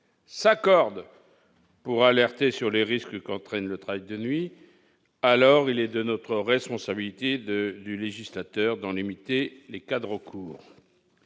s'accordent pour donner l'alerte sur les risques qu'entraîne le travail de nuit, alors il est de la responsabilité du législateur d'en limiter les cas de recours.